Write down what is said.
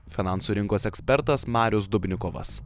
finansų rinkos ekspertas marius dubnikovas